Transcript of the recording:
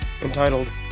entitled